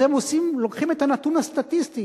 אז הם לוקחים את הנתון הסטטיסטי,